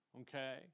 okay